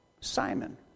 Simon